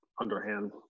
underhand